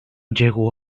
llegó